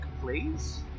please